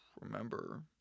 remember